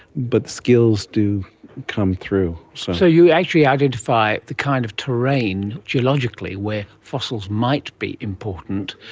but skills do come through. so you actually identify the kind of terrain geologically where fossils might be important,